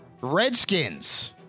Redskins